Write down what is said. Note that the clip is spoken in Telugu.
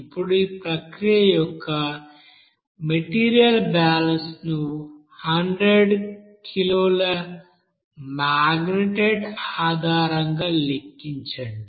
ఇప్పుడు ఈ ప్రక్రియ యొక్క మెటీరియల్ బ్యాలెన్స్ను 100 కిలోల మాగ్నెటైట్ ఆధారంగా లెక్కించండి